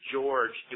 George